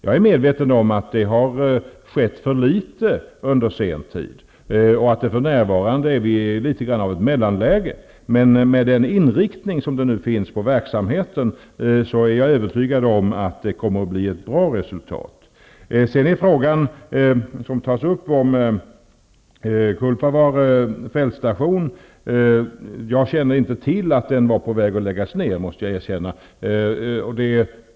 Jag är medveten om att det har skett för litet under senare tid och att vi för närvarande befinner oss i något av ett mellanläge. Men med nuvarande inriktning av verksamheten är jag övertygad om att det kommer att bli ett bra resultat. Ulla Orring tar upp Kuolpavare fältstation. Jag måste erkänna att jag inte kände till att den var på väg att läggas ner.